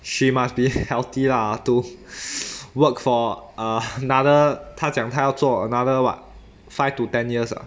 she must be healthy lah to work for uh another 她讲她要做 another what five to ten years ah